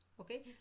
okay